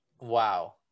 wow